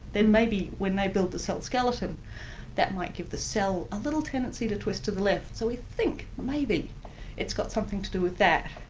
then maybe when they build the cell skeleton that might give the cell a little tendency to twist to the left. so we think maybe it's got something to do with that.